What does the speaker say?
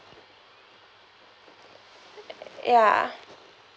ya